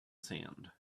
sand